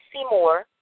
Seymour